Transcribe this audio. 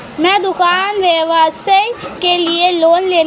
मैं दुकान व्यवसाय के लिए लोंन लेने के लिए क्या करूं?